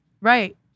right